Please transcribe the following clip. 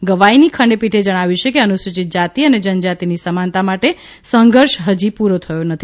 ગવાઇની ખંડપીઠે જણાવ્યું કે અનુસૂચિત જાતિ અને જનજાતિની સમાનતા માટે સંઘર્ષ હજી પૂરો થયો નથી